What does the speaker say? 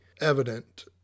evident